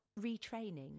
retraining